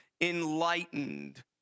enlightened